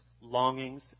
longings